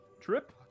trip